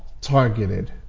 targeted